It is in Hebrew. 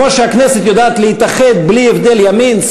אמרתי שכמו שהכנסת יודעת להתאחד בלי הבדל ימין,